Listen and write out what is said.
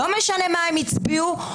לא משנה מה הצביעו,